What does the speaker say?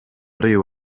ryw